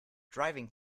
driving